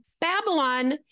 Babylon